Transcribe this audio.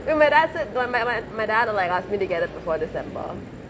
eh my dad said my my my my dad will like ask me to get it before december